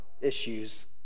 issues